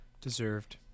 Deserved